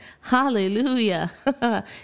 Hallelujah